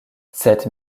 cette